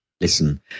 listen